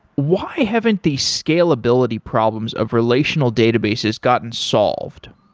why haven't the scalability problems of relational database has gotten solved?